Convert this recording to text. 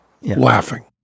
laughing